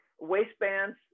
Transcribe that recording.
Waistbands